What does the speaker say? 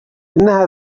إنها